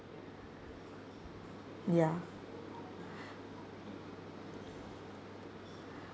ya